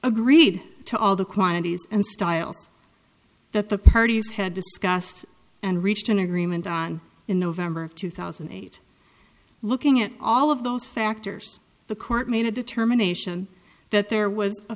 agreed to all the quantities and styles that the parties had discussed and reached an agreement on in november of two thousand and eight looking at all of those factors the court made a determination that there was a